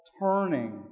turning